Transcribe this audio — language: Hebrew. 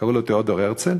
קראו לו תיאודור הרצל,